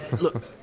Look